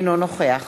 אינו נוכח